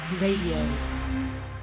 Radio